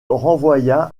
renvoya